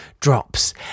drops